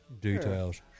Details